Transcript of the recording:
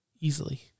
easily